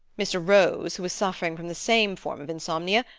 mr. rose, who was suffering from the same form of insomnia,